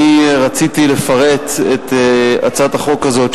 אני רציתי לפרט את הצעת החוק הזאת,